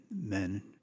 men